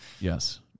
Yes